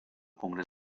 congrés